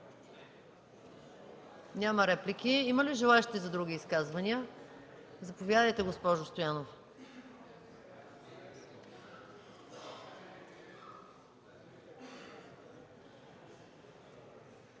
Няма реплики. Има ли желаещи за други изказвания? Заповядайте, госпожо Стоянова.